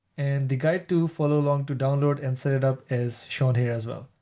and the guide to follow along, to download and set it up is shown here as well.